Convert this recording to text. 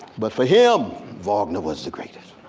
but for him wagner was the greatest.